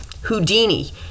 Houdini